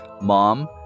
mom